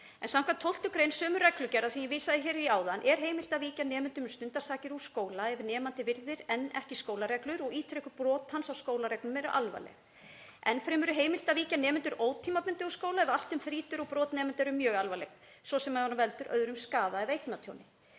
Samkvæmt 12. gr. sömu reglugerðar og ég vísaði í áðan er heimilt að víkja nemanda um stundarsakir úr skóla ef nemandi virðir enn ekki skólareglur og ítrekuð brot hans á skólareglum eru alvarleg. Enn fremur er heimilt að víkja nemanda ótímabundið úr skóla ef allt um þrýtur og brot nemanda eru mjög alvarleg, svo sem ef hann veldur öðrum skaða eða eignatjóni.